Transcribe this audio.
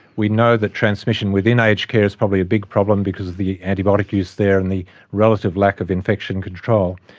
we know that transmission within aged care is probably a big problem because of the antibiotic use there and the relative lack of infection control.